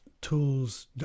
tools